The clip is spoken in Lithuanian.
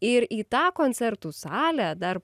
ir į tą koncertų salę dar